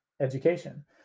education